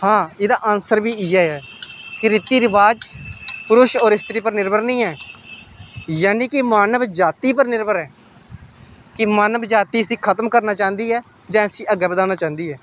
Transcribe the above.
हां एह्दा आन्सर बी इ'यै गै कि रिती रवाज पुरश ते स्त्री पर निर्भर निं ऐ यानि कि मानव जाति पर निर्भर ऐ कि मानव जाति इस्सी खत्म करना चाह्ंदी ऐ जां इस्सी अग्गै बधाना चाह्ंदी ऐ